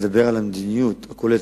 לדבר על המדיניות הכוללת,